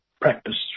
practice